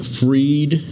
freed